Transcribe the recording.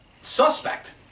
suspect